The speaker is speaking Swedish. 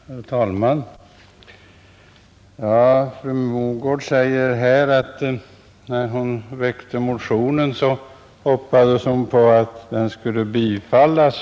Herr talman! Fru Mogård säger, att när hon väckte motionen så hoppades hon att den skulle bifallas.